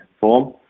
form